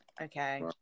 Okay